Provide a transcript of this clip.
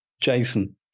Jason